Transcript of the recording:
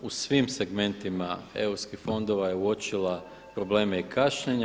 U svim segmentima europskih fondova je uočila probleme i kašnjenja.